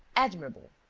admirable!